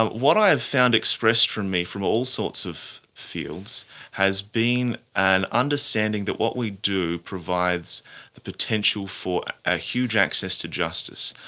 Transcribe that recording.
what i have found expressed to me from all sorts of fields has been an understanding that what we do provides the potential for a huge access to justice.